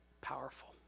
powerful